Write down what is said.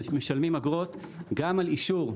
משלמים אגרות גם על אישור.